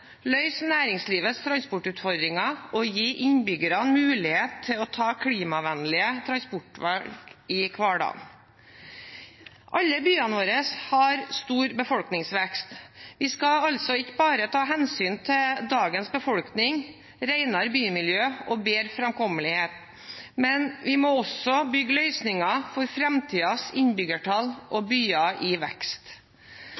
løse næringslivets transportutfordringer og gi innbyggerne mulighet til å ta klimavennlige transportvalg i hverdagen. Alle byene våre har stor befolkningsvekst. Vi skal altså ikke bare ta hensyn til dagens befolkning, renere bymiljø og bedre framkommelighet, vi må også bygge løsninger for framtidens innbyggertall